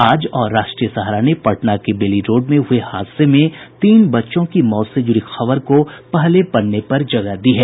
आज और राष्ट्रीय सहारा ने पटना के बेली रोड में हुये हादसे में तीन बच्चों की मौत से जुड़ी खबर को पहले पन्ने पर जगह दी है